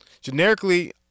generically